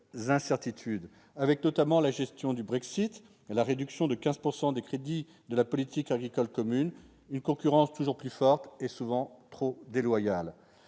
incertitudes, avec notamment la gestion du Brexit, la réduction de 15 % des crédits de la PAC, et une concurrence toujours plus forte, souvent trop déloyale.